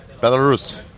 Belarus